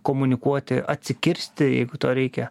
komunikuoti atsikirsti jeigu to reikia